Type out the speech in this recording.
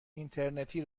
اینترنتی